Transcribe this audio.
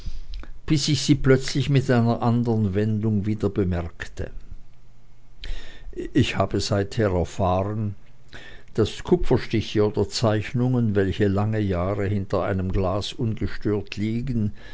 bis ich sie plötzlich mit einer anderen wendung wieder bemerkte ich habe seither erfahren daß kupferstiche oder zeichnungen welche lange jahre hinter einem glase ungestört liegen